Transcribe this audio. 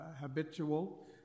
habitual